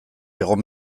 egon